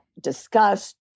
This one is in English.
discussed